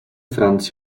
franz